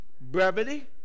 brevity